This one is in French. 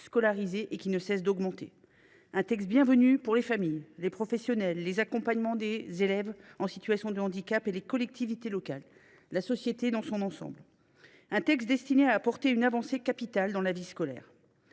scolarisés. Cette proposition de loi est bienvenue pour les familles, les professionnels, les accompagnants des élèves en situation de handicap et les collectivités locales, bref pour la société dans son ensemble. Ce texte est destiné à apporter une avancée capitale dans la vie scolaire.